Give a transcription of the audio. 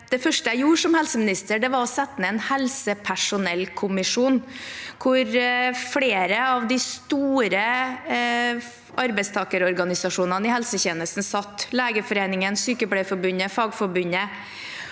Det første jeg gjorde som helseminister, var å sette ned en helsepersonellkommisjon, hvor flere av de store arbeidstakerorganisasjonene i helsetjenesten satt: Legeforeningen, Sykepleierforbundet, Fagforbundet,